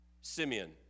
Simeon